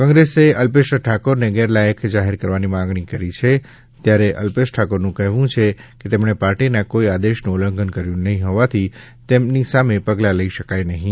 કોંગ્રેસ અલ્પેશ ઠાકોરને ગેરલાયક જાહેર કરવાની માગણી કરે છે ત્યારે અલ્પેશ ઠાકોરનું કહેવું છે કે તેમણે પાર્ટીના કોઇ આદેશનું ઉલ્લંઘન કર્યું નહીં હોવાથી તેના સામે પગલાં લઇ શકાય નહીં